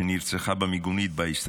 שנרצחה במיגונית שבה הסתתרו.